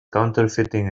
counterfeiting